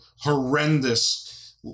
horrendous